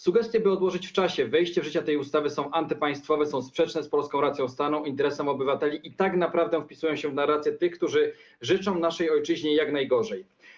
Sugestie, by odłożyć w czasie wejście w życie tej ustawy, są antypaństwowe, są sprzeczne z polską racją stanu, interesem obywateli, i tak naprawdę wpisują się w narrację tych, którzy życzą naszej ojczyźnie jak najgorzej.